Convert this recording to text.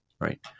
right